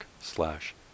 slash